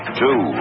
two